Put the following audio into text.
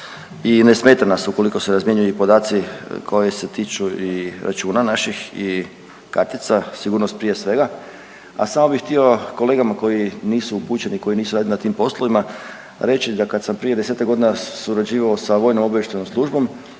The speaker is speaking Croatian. i ne smeta nas ukoliko se razmjenjuju podaci koji se tiču i računa naših i kartica, sigurnost prije svega. A samo bih htio kolegama koji nisu upućeni, koji nisu radili na tim poslovima reći da kad sam prije desetak godina surađivao sa Vojno-obavještajnom službom